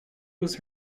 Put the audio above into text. was